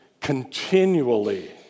continually